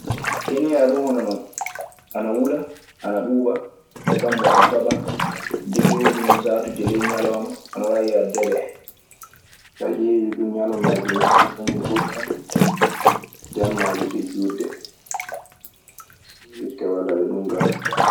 Keniya dun honon non, ana wula, ana ɓuuɓa, kambu ana tooɓa, degereji mun saatuuje ley ñalawma ana waawi yaade debe en. Saa ƴeewii du ñalawmaaji maɓɓe kañun ɓurta jammaji ɗii juutde. Sikke walaa e ɗun kaa.